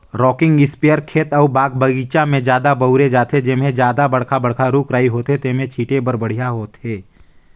rocking sprayer खेत अउ बाग बगीचा में जादा बउरे जाथे, जेम्हे जादा बड़खा बड़खा रूख राई होथे तेम्हे छीटे बर बड़िहा होथे